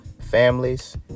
families